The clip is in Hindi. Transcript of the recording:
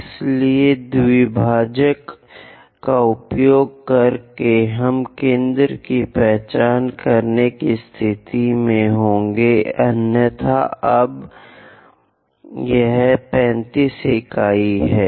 इसलिए द्विभाजक का उपयोग करके हम केंद्र की पहचान करने की स्थिति में होंगे अन्यथा अब यह 35 इकाई है